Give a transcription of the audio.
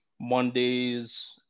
Monday's